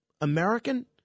American